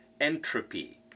entropy